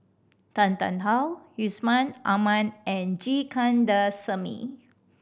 Tan Tarn How Yusman Aman and G Kandasamy